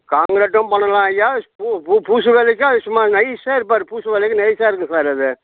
கான்கிரீட்டும் பண்ணலாம் ஐயா பூ பூ பூசு வேலைக்கும் அது சும்மா நைஸாக இருப்பாரு பூசு வேலைக்கும் நைஸா இருக்கும் சார் அது